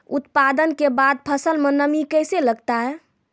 उत्पादन के बाद फसल मे नमी कैसे लगता हैं?